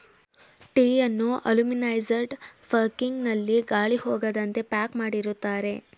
ಟೀಯನ್ನು aluminized packing ನಲ್ಲಿ ಗಾಳಿ ಹೋಗದಂತೆ ಪ್ಯಾಕ್ ಮಾಡಿರುತ್ತಾರೆ